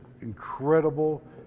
incredible